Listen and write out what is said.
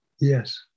Yes